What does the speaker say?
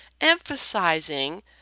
emphasizing